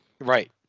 Right